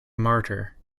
martyr